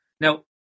Now